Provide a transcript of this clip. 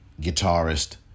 guitarist